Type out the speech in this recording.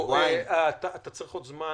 אתה צריך עוד זמן?